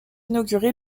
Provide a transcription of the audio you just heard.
inauguré